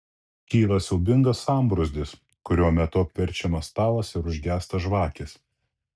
kyla siaubingas sambrūzdis kurio metu apverčiamas stalas ir užgęsta žvakės